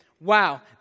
wow